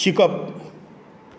शिकप